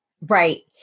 right